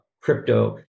crypto